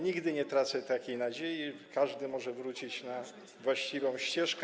Nigdy nie tracę takiej nadziei, każdy może wrócić na właściwą ścieżkę.